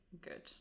Good